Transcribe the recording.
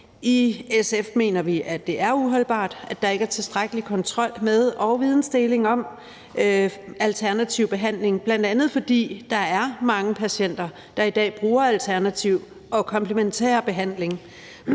I SF mener vi, det er uholdbart, at der ikke er tilstrækkelig kontrol med og vidensdeling om alternativ behandling, bl.a. fordi der er mange patienter, der i dag bruger alternativ og komplementær behandling.